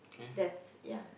that's ya